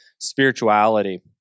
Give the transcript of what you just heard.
Spirituality